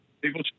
People